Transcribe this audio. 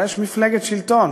אבל יש מפלגת שלטון,